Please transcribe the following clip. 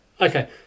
Okay